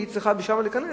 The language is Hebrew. והיא צריכה להיכנס לשם.